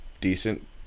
decent